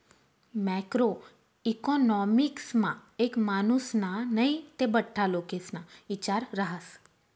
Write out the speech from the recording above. macro इकॉनॉमिक्समा एक मानुसना नै ते बठ्ठा लोकेस्ना इचार रहास